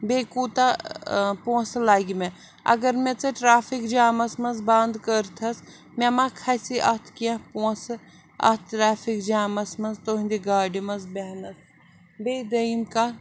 بیٚیہِ کوٗتاہ پونٛسہٕ لَگہِ مےٚ اگر مےٚ ژےٚ ٹرٛیفِک جامَس منٛز بَنٛد کٔرٕتھَس مےٚ مہ کھسہِ اَتھ کیٚنہہ پونٛسہٕ اَتھ ٹرٛیفِک جامَس منٛز تُہٕنٛدِ گاڑِ منٛز بیٚہنَس بیٚیہِ دٔیِم کَتھ